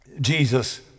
Jesus